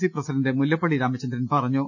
C president Mullappally Ramachandran പറഞ്ഞു